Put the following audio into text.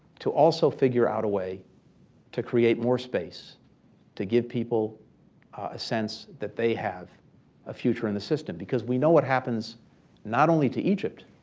to also figure out a way to create more space to give people a sense that they have a future in the system. because we know what happens not only to egypt,